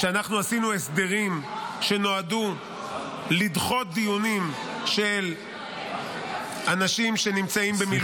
שאנחנו עשינו הסדרים שנועדו לדחות דיונים של אנשים שנמצאים במילואים.